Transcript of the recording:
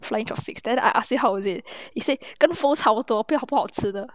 very interesting so I ask so how was it he say 跟 food 差不多但是不好吃的